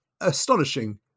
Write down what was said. astonishing